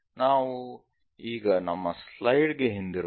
ನಾವು ಈಗ ನಮ್ಮ ಸ್ಲೈಡ್ ಗೆ ಹಿಂತಿರುಗೋಣ